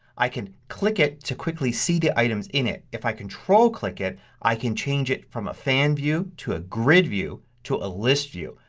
i can click it to quickly see the items in it. if i control click it i can change it from a fan view to a grid view to a list view.